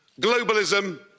globalism